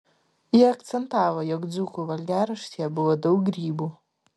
ji akcentavo jog dzūkų valgiaraštyje buvo daug grybų